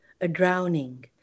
a-drowning